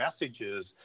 messages